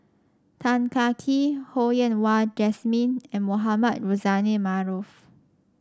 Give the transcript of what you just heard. Tan Kah Kee Ho Yen Wah Jesmine and Mohamed Rozani Maarof